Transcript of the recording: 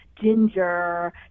ginger